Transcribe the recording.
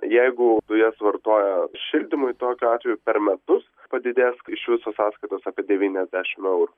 jeigu dujas vartoja šildymui tokiu atveju per metus padidės iš viso sąskaitos apie devyniasdešim eurų